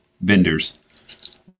vendors